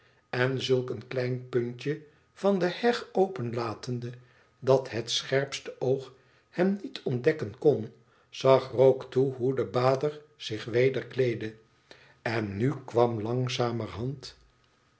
en zulk een klein puntje van de heg open latende dat het scherpste oog hem niet ontdekken kon zag rogue toe hoe de bader zich weder kleedde en nu kwam langzamerhand